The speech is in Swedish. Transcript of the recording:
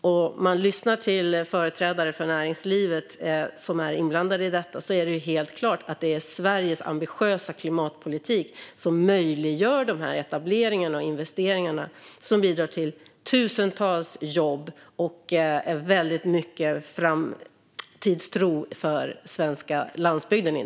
När man lyssnar till företrädare för näringslivet som är inblandade i detta är det helt klart att det är Sveriges ambitiösa klimatpolitik som möjliggör dessa etableringar och investeringar, som bidrar till tusentals jobb och väldigt mycket framtidstro, inte minst för den svenska landsbygden.